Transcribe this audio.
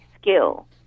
skill